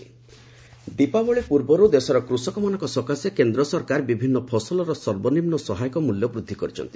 MSP Deepavali ପୂର୍ବରୁ ଦେଶର କୃଷକମାନଙ୍କ ସକାଶେ କେନ୍ଦ୍ର ସରକାର ବିଭିନ୍ନ ଫସଲର ସର୍ବନିମ୍ନ ସହାୟକ ମୂଲ୍ୟ ବୃଦ୍ଧି କରିଛନ୍ତି